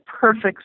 perfect